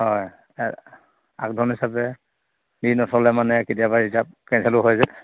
হয় আগধন হিচাপে দি নথ'লে মানে কেতিয়াবা ৰিজাৰ্ভ কেঞ্চেলো হৈ যে